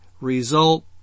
result